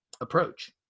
approach